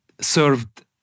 served